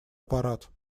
аппарат